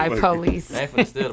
police